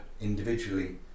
individually